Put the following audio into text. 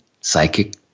psychic